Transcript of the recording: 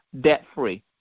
debt-free